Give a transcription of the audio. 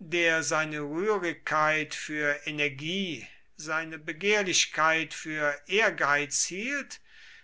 der seine rührigkeit für energie seine begehrlichkeit für ehrgeiz hielt